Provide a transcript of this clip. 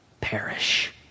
perish